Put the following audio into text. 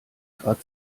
grad